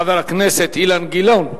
חבר הכנסת אילן גילאון.